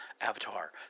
Avatar